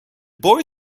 boy